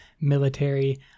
military